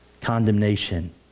condemnation